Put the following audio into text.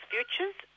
Futures